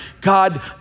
God